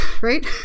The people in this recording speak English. right